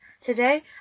Today